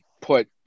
put